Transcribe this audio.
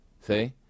See